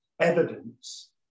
evidence